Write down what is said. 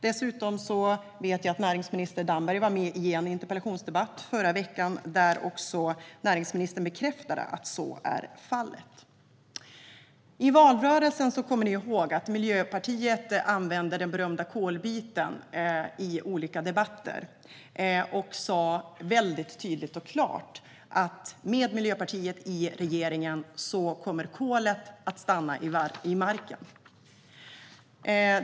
Dessutom vet jag att näringsminister Damberg var med i en interpellationsdebatt i förra veckan där han också bekräftade att så är fallet. Ni kommer ihåg att Miljöpartiet i valrörelsen använde den berömda kolbiten i olika debatter, och man sa tydligt och klart: Med Miljöpartiet i regeringen kommer kolet att stanna i marken.